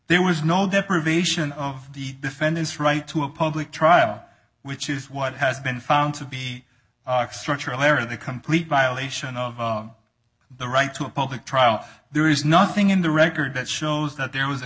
there was no deprivation of the defendant's right to a public trial which is what has been found to be structural error the complete violation of the right to a public trial there is nothing in the record that shows that there was a